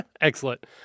Excellent